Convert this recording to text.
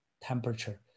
temperature